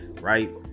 right